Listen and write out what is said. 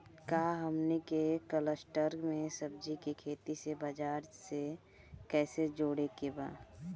का हमनी के कलस्टर में सब्जी के खेती से बाजार से कैसे जोड़ें के बा?